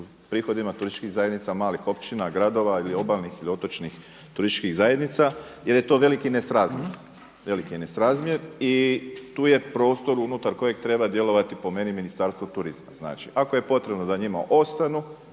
prihodima turističkih zajednica malih općina, gradova ili obalnih ili otočnih turističkih zajednica jer je to veliki nesrazmjer, veliki je nesrazmjer. I tu je prostor unutar kojeg treba djelovati po meni Ministarstvo turizma. Znači, ako je potrebno da njima ostanu